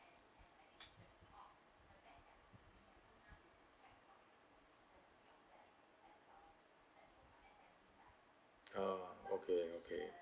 uh okay okay